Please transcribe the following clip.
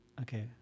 Okay